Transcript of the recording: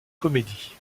comédies